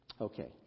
Okay